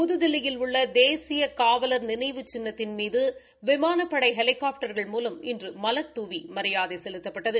புதுதில்லியில் உள்ள தேசிய காவலர் நினைவு சின்னத்தின் மீது விமானப்படை ஹெலிகாப்டர்கள் மூலம் இன்று மலர்தூவி மரியாதை செலுத்தப்பட்டது